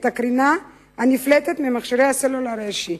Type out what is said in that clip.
הקרינה הנפלטת ממכשירי הסלולר האישיים.